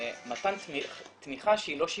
במתן תמיכה שהיא לא שיפוטית.